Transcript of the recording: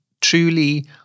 truly